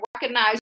recognize